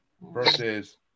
versus